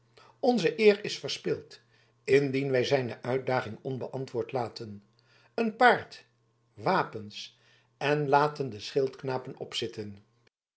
onze eer is verspeeld indien wij zijne uitdaging onbeantwoord laten een paard wapens en laten de schildknapen opzitten